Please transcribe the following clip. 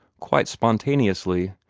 quite spontaneously.